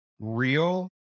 real